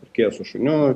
pirkėjas su šuniu